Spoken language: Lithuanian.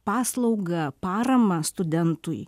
paslauga parama studentui